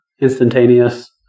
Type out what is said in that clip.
instantaneous